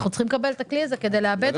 אנחנו צריכים לקבל את הכלי הזה כדי לעבד אותו.